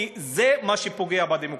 כי זה מה שפוגע בדמוקרטיה.